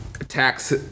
attacks